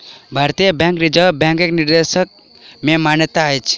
भारतीय bank reserve बैंकक निर्देश के मानैत अछि